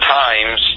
times